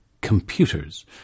computers